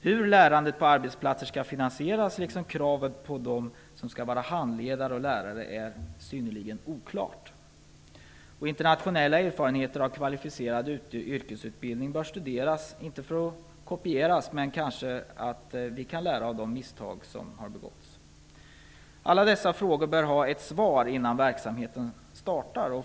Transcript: Hur lärandet på arbetsplatsen skall finansieras liksom kravet på dem som skall vara handledare och lärare är synnerligen oklart. Internationella erfarenheter av kvalificerad yrkesutbildning bör studeras, inte för att kopieras men kanske för att vi skall kunna lära oss av de misstag som har begåtts. Alla dessa frågor bör ha ett svar innan verksamheten startar.